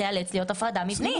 תיאלץ להיות הפרדה מבנית.